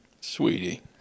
Sweetie